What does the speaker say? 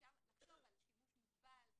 אפשר לחשוב על שימוש מוגבל,